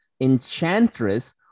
enchantress